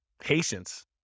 Patience